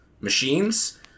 machines